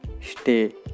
stay